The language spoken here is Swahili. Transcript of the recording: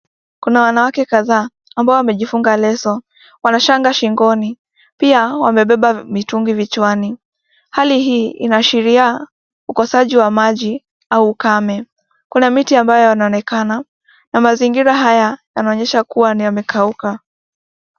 Kuna wanawake kadhaa ambao wamejifunga leso. Wana shanga shingoni. Pia wamebeba mitungi vichwani. Hali hii inashiria ukosaji wa maji au ukame. Kuna miti ambayo yanaonekana na mazingira haya yanaonyesha kuwa yamekauka.